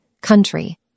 country